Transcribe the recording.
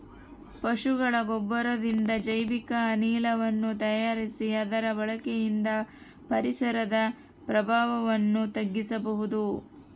ಪಶುಗಳ ಗೊಬ್ಬರದಿಂದ ಜೈವಿಕ ಅನಿಲವನ್ನು ತಯಾರಿಸಿ ಅದರ ಬಳಕೆಯಿಂದ ಪರಿಸರದ ಪ್ರಭಾವವನ್ನು ತಗ್ಗಿಸಬಹುದು